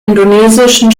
indonesischen